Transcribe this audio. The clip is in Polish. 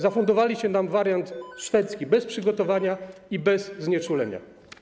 Zafundowaliście nam wariant szwedzki bez przygotowania i bez znieczulenia.